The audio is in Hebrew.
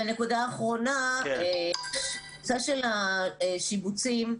ונקודה אחרונה לגבי הקבוצה של השיבוצים.